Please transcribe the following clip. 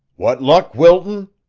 what luck, wilton?